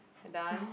I dance